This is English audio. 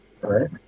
Right